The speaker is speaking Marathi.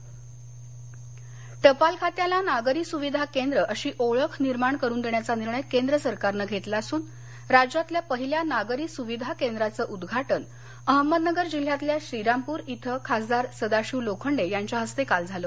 टपाल कार्यालय अहमदनगर टपाल खात्याला नागरी सुविधा केंद्र अशी ओळख निर्माण करून देण्याचा निर्णय केंद्र सरकारनं घेतला असून राज्यातल्या पहिल्या नागरी सुविधा केंद्राचं उदघाटन अहमदनगर जिल्ह्यातल्या श्रीरामपूर इथं खासदार सदाशिव लोखंडे यांच्या हस्ते काल झालं